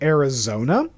Arizona